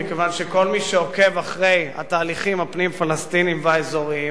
מכיוון שכל מי שעוקב אחרי התהליכים הפנים-פלסטיניים והאזוריים